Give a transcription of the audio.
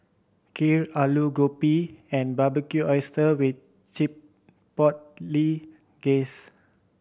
Kheer Alu Gobi and Barbecued Oysters with Chipotle Glaze